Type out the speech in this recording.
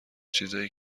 چیزایی